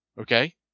Okay